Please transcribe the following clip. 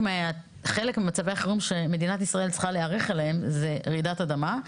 חלק ממצבי החירום שמדינת ישראל צריכה להיערך אליהם זו רעידת אדמה.